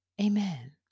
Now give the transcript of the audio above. Amen